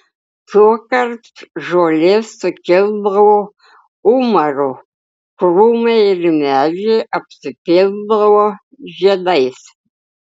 tuokart žolė sukildavo umaru krūmai ir medžiai apsipildavo žiedais